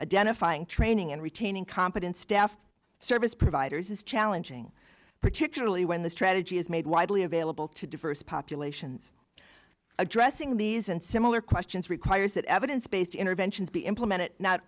training and retaining competent staff service providers is challenging particularly when the strategy is made widely available to diverse populations addressing these and similar questions requires that evidence based interventions be implemented not